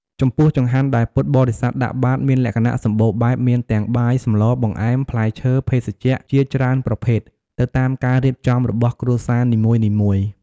ចំពោះចង្ហាន់ដែលពុទ្ធបរិស័ទដាក់បាត មានលក្ខណៈសម្បូរបែបមានទាំង បាយ សម្លរ បង្អែម ផ្លែឈើ ភេសជ្ជៈ ជាច្រើនប្រភេទ ទៅតាមការរៀបចំរបស់គ្រួសារនីមួយៗ។